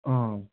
अँ